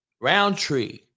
Roundtree